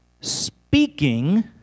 speaking